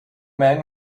man